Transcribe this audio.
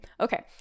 okay